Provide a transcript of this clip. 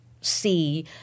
see